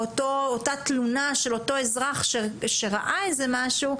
או אותה תלונה של אותו אזרח שראה איזה משהו,